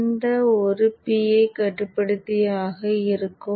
இது ஒரு PI கட்டுப்படுத்தியாக இருக்கும்